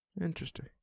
interesting